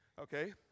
Okay